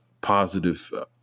positive